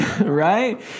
Right